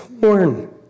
torn